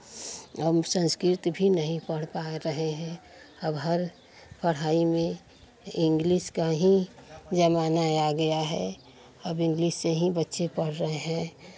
अब संस्कृत भी नहीं पढ़ पा रहे हैं अब हर पढ़ाई में इंग्लिश का ही ज़माना आ गया है अब इंग्लिश से ही बच्चे पढ़ रहे हैं